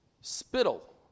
spittle